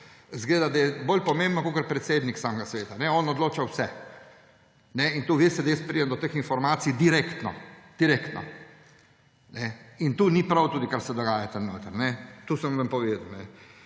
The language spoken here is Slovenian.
zgleda, da je bolj pomemben kakor predsednik samega sveta. On odloča o vsem. In to veste, da jaz pridem do teh informacij direktno. Direktno. In ni prav, kar se dogaja tam notri. To sem vam povedal.